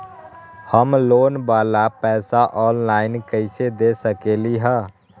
हम लोन वाला पैसा ऑनलाइन कईसे दे सकेलि ह?